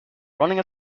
running